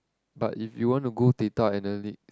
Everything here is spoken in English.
but if you want to go data analy~